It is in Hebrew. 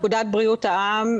פקודת בריאות העם,